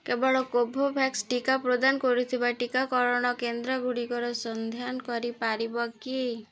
କେବଳ କୋଭୋଭ୍ୟାକ୍ସ ଟିକା ପ୍ରଦାନ କରୁଥିବା ଟିକାକରଣ କେନ୍ଦ୍ରଗୁଡ଼ିକର ସନ୍ଧାନ କରିପାରିବ କି